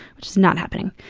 which is not happening.